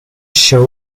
show